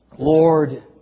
Lord